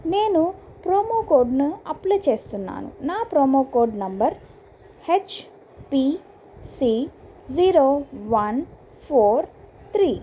నేను ప్రోమో కోడ్ను అప్లయ్ చేస్తున్నాను నా promo code number HPC zero one four three